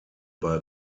bei